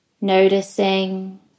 noticing